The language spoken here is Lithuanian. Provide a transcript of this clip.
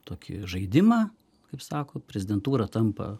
tokį žaidimą kaip sako prezidentūra tampa